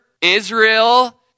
Israel